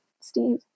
Steve